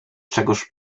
czegóż